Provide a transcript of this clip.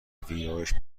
ویرایش